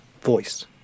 voice